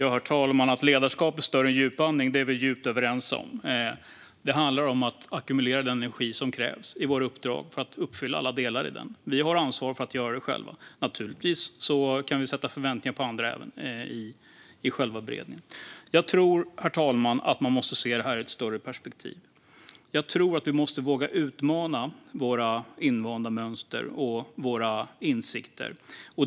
Herr talman! Att ledarskap är större än djupandning är vi djupt överens om. Det handlar om att ackumulera den energi som krävs för att uppfylla alla delar i våra uppdrag. Vi har ansvar för att göra det själva. Naturligtvis kan vi ha förväntningar på andra i beredningen. Herr talman! Man måste se detta i ett större perspektiv. Vi måste våga utmana våra invanda mönster och våra insikter.